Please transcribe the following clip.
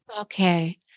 Okay